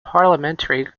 parliamentary